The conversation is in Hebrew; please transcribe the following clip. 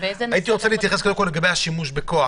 אני רוצה שתתייחסו לנושא של שימוש בכוח